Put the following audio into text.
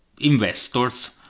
investors